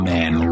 Man